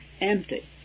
empty